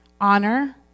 honor